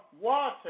water